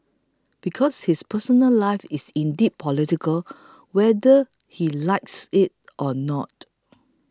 because his personal life is indeed political whether he likes it or not